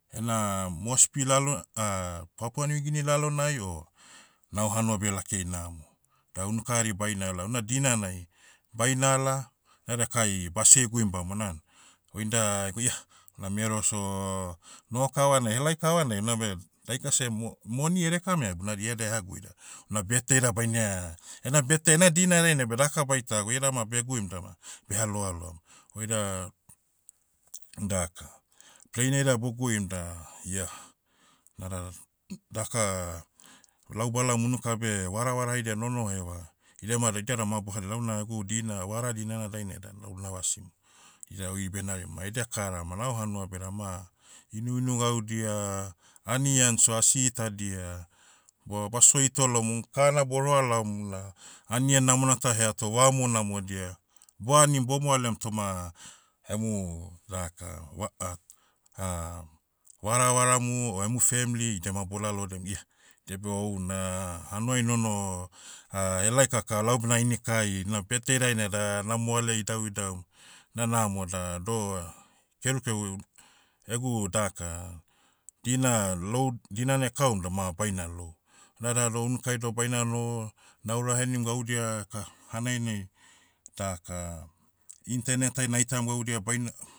Ena, mosbi lalo- papua niugini lalonai o, nao hanua beh lakiai namo. Da unuka hari bainala una dinanai, bainala, edekai, basiai eguim bamona an. Oinda, go ia, na mero so, noho kavanai helai kavanai unabe, daika seh mo- moni edekam eabi. Unabe iabe eha gui da, na birthday da baine ha, ena birthday ena dina dainai beh daka baitagwa. Ia dama beguim dama, beha loaloam. Oida, daka, plane ai da boguim da, iah, nada, daka, lau balaom unuka beh, varavara haida nonoho eva. Idia ma da, diada ma bohe lau na egu dina- vara dinana dainai da lau navasim. Idia oi benarim ma edia kara ma nao hanua beda ma. Inuinu gaudia, anian so asi itadia. Bo- basio hitolomu, kana boroa laomu la, anian namona ta heato vamu namodia. Boh anim bomoalem toma, emu, daka, va- varavaramu, o emu femli. Idiama ma bolalodiam, iah, diabe houna, hanuai nonoho, helai kaka lau bena inikai, na birthday dainai da, namoale idauidaum. Na namo da doh, kerukeru, egu daka, dina- lou dinana ekaum dama baina lou. Nada doh unukai doh baina noho, naura henim gaudia, ka, hanainai, daka, internet ai naitam gaudia baina